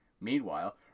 Meanwhile